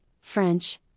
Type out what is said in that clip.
French